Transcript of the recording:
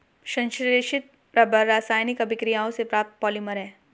संश्लेषित रबर रासायनिक अभिक्रियाओं से प्राप्त पॉलिमर है